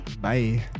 Bye